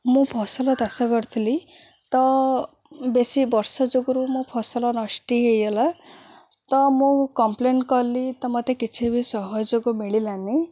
ମୁଁ ଫସଲ ଚାଷ କରିଥିଲି ତ ବେଶୀ ବର୍ଷା ଯୋଗୁରୁ ମୋ ଫସଲ ନଷ୍ଟି ହୋଇଗଲା ତ ମୁଁ କମ୍ପ୍ଲେନ୍ କଲି ତ ମୋତେ କିଛି ବି ସହଯୋଗ ମିଳିଲାନି